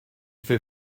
fait